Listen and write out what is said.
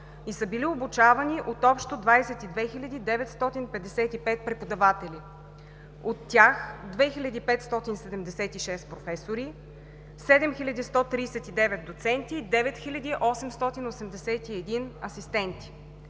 и са били обучавани от общо 22 хил. 955 преподаватели, от тях 2576 професори, 7139 доценти и 9881 асистенти.